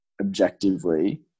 objectively